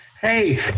hey